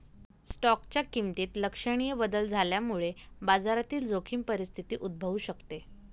स्टॉकच्या किमतीत लक्षणीय बदल झाल्यामुळे बाजारातील जोखीम परिस्थिती उद्भवू शकते